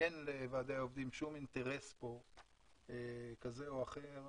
אין פה לוועדי העובדים שום אינטרס כזה או אחר